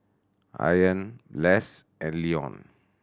Ayaan Less and Leone